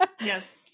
Yes